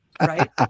Right